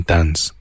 Dance 。